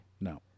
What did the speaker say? No